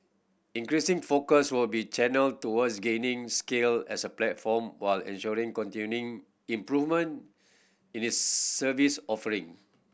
increasing focus will be channelled towards gaining scale as a platform while ensuring continuing improvement in its service offering